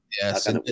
yes